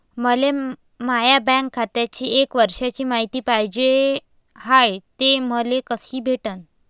मले माया बँक खात्याची एक वर्षाची मायती पाहिजे हाय, ते मले कसी भेटनं?